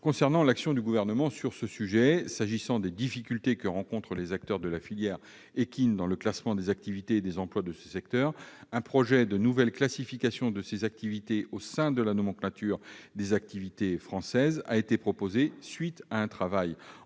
viens à l'action du Gouvernement sur ce sujet. S'agissant des difficultés que rencontrent les acteurs de la filière équine dans le classement des activités et des emplois de ce secteur, un projet de nouvelle classification de ces activités au sein de la nomenclature des activités françaises a été proposé à la suite d'un travail